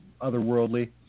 otherworldly